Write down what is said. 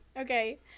Okay